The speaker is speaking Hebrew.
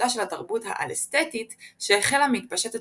להתפתחותה של התרבות האלסטטית שהחלה מתפשטת